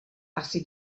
asi